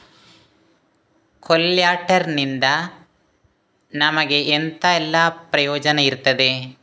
ಕೊಲ್ಯಟರ್ ನಿಂದ ನಮಗೆ ಎಂತ ಎಲ್ಲಾ ಪ್ರಯೋಜನ ಇರ್ತದೆ?